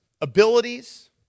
Abilities